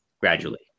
gradually